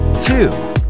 two